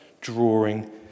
drawing